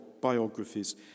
biographies